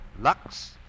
Lux